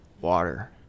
water